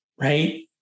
right